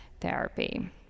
therapy